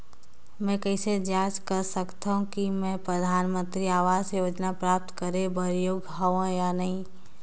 मैं कइसे जांच सकथव कि मैं परधानमंतरी आवास योजना प्राप्त करे बर योग्य हववं या नहीं?